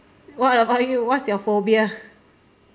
what about you what's your phobia